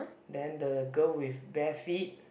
then the girl with bare feet